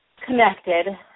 connected